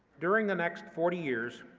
during the next forty years,